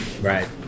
Right